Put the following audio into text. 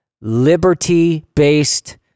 liberty-based